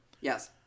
Yes